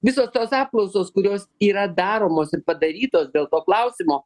visos tos apklausos kurios yra daromos ir padarytos dėl to klausimo